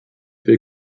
wir